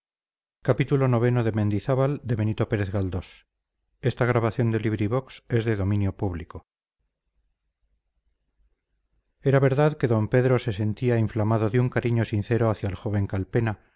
era verdad que d pedro se sentía inflamado de un cariño sincero hacia el joven calpena